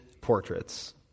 portraits